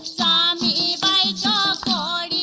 da da da